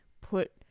put